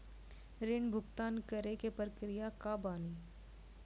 ऋण भुगतान करे के प्रक्रिया का बानी?